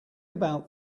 about